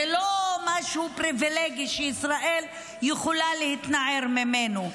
זה לא משהו פריבילגי שישראל יכולה להתנער ממנו.